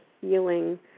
healing